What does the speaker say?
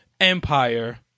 empire